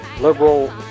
liberal